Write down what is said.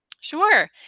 sure